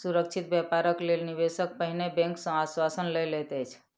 सुरक्षित व्यापारक लेल निवेशक पहिने बैंक सॅ आश्वासन लय लैत अछि